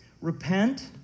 Repent